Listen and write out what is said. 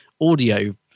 audio